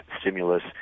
stimulus –